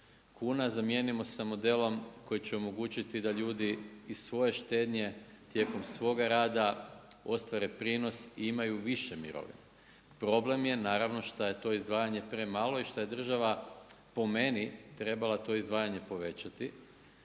kuna, zamijenimo sa modelom koji će omogućiti da ljudi iz svoje štednje, tijekom svoga rada ostvare prinos i imaju više mirovine. Problem je naravno šta je to izdvajanje premalo i šta je država po meni, trebala to izdvajanje povećati